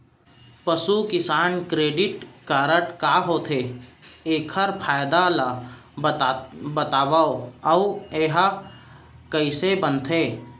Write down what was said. पसु किसान credit card का होथे, एखर फायदा ला बतावव अऊ एहा कइसे बनथे?